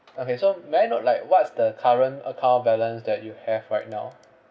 okay so may I know like what is the current account balance that you have right now